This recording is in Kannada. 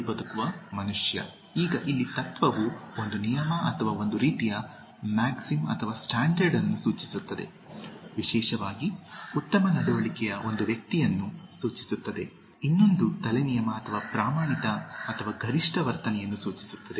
ಬದುಕುವ ಮನುಷ್ಯ ಈಗ ಇಲ್ಲಿ ತತ್ವವು ಒಂದು ನಿಯಮ ಅಥವಾ ಒಂದು ರೀತಿಯ ಮ್ಯಾಕ್ಸಿಮ್ ಅಥವಾ ಸ್ಟ್ಯಾಂಡರ್ಡ್ ಅನ್ನು ಸೂಚಿಸುತ್ತದೆ ವಿಶೇಷವಾಗಿ ಉತ್ತಮ ನಡವಳಿಕೆಯ ಒಂದು ವ್ಯಕ್ತಿಯನ್ನು ಸೂಚಿಸುತ್ತದೆ ಇನ್ನೊಂದು ತಲೆ ನಿಯಮ ಅಥವಾ ಪ್ರಮಾಣಿತ ಅಥವಾ ಗರಿಷ್ಠ ವರ್ತನೆಯನ್ನು ಸೂಚಿಸುತ್ತದೆ